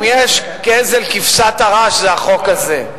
אם יש גזל כבשת הרש, זה החוק הזה.